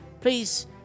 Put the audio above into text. Please